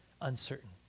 uncertain